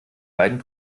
beiden